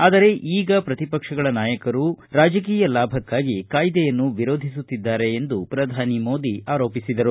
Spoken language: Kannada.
ಆದರೆ ಈಗ ಪ್ರತಿಪಕ್ಷಗಳ ನಾಯಕರು ರಾಜಕೀಯ ಲಾಭಕ್ಷಾಗಿ ಕಾಯ್ದೆಯನ್ನು ವಿರೋಧಿಸುತ್ತಿದ್ದಾರೆ ಎಂದು ಶ್ರಧಾನಿ ಮೋದಿ ಆರೋಪಿಸಿದರು